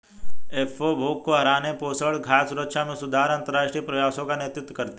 FAO भूख को हराने, पोषण, खाद्य सुरक्षा में सुधार के अंतरराष्ट्रीय प्रयासों का नेतृत्व करती है